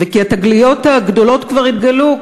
וכי התגליות הגדולות כבר התגלו,